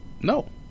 No